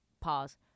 Pause